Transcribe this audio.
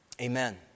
Amen